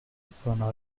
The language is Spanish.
icono